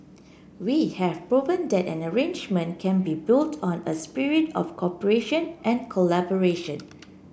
we have proven that an agreement can be built on a spirit of cooperation and collaboration